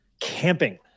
Camping